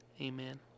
Amen